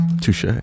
Touche